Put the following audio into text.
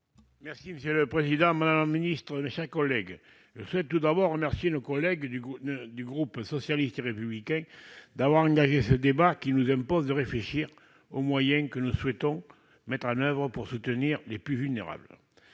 Requier. Monsieur le président, madame la secrétaire d'État, mes chers collègues, je souhaite tout d'abord remercier nos collègues du groupe socialiste et républicain d'avoir engagé ce débat qui nous impose de réfléchir aux moyens que nous souhaitons mettre en oeuvre pour soutenir les plus vulnérables.